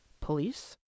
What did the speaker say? police